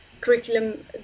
curriculum